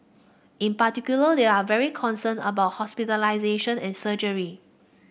in particular they are very concerned about hospitalisation and surgery